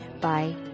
Bye